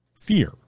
fear